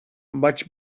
much